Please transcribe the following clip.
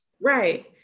right